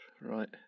Right